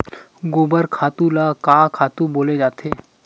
गोबर खातु ल का खातु बोले जाथे?